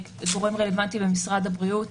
"גורם רלוונטי במשרד הבריאות".